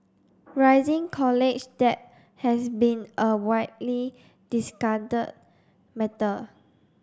rising college debt has been a widely discarded matter